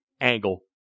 angle